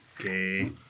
Okay